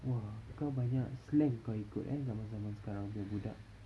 !wah! kau banyak slang kau ikut eh zaman-zaman punya budak